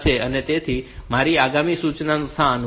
તેથી મારી આગામી સૂચના સ્થાન 1003 પર છે